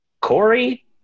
Corey